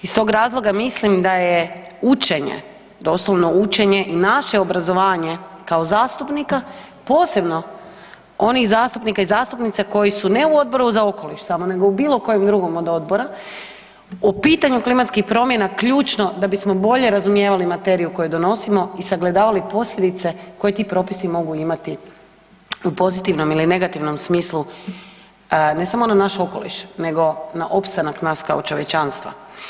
Iz tog razloga mislim da je učenje, doslovno učenje i naše obrazovanje kao zastupnika posebno onih zastupnika i zastupnica koji su ne u Odboru za okoliš samo nego u bilo kojem drugom od odbora o pitanju klimatskih promjena ključno da bismo bolje razumijevali materiju koju donosimo i sagledavali posljedice koje ti propisi mogu imati u pozitivnom ili negativnom smislu ne samo na naš okoliš nego na opstanak nas kao čovječanstva.